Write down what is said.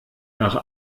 nach